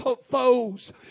foes